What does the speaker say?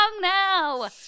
now